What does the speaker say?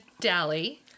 Dally